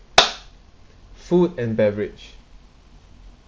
food and beverage